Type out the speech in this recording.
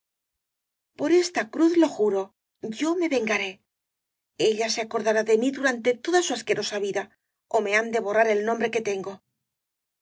por esta cruz lo juro yo me vengaré ella se acordará de mí durante toda su asquerosa vida ó me han de borrar el nombre que tengo